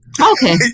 okay